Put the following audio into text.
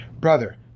brother